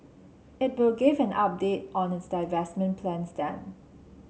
it will give an update on its divestment plans then